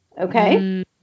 Okay